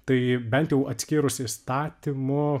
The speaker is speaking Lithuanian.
tai bent jau atskyrus įstatymu